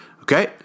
Okay